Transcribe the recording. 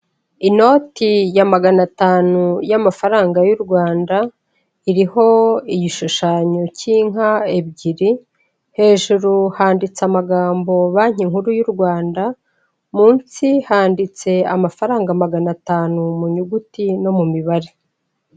Inoti ya magana atanu y'amafaranga y'u Rwanda iriho igishushanyo cy'inka ebyiri hejuru handitse amagambo banki nkuru y'u Rwanda, munsi handitse amafaranga magana atanu mu nyuguti no mu mibare.